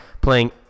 playing